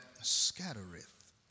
scattereth